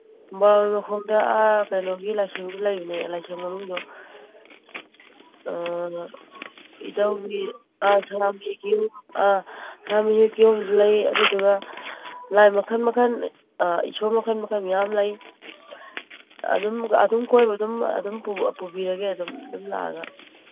ꯕꯥꯔꯨꯅꯤ ꯃꯈꯣꯡꯗ ꯀꯩꯅꯣꯒꯤ ꯂꯥꯏꯁꯪꯁꯨ ꯂꯩꯕꯅꯦ ꯂꯥꯏꯁꯪ ꯃꯅꯨꯡꯗꯣ ꯁꯅꯥꯃꯍꯤ ꯀ꯭ꯌꯣꯝꯁꯨ ꯂꯩ ꯑꯗꯨꯗꯨꯒ ꯂꯥꯏ ꯃꯈꯟ ꯃꯈꯟ ꯏꯁꯣꯔ ꯃꯈꯟ ꯃꯈꯟ ꯃꯌꯥꯝ ꯂꯩ ꯑꯗꯨꯝ ꯑꯗꯨꯝ ꯀꯣꯏꯕ ꯑꯗꯨꯝ ꯄꯨꯕꯤꯔꯒꯦ ꯑꯗꯨꯝ ꯂꯥꯛꯑꯒ